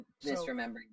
misremembering